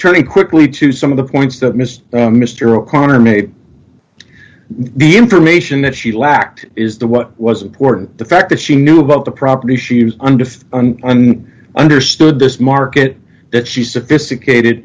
turning quickly to some of the points that mr mr o'connor made the information that she lacked is the what was important the fact that she knew about the property she was under and understood this market that she sophisticated